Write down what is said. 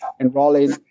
enrolling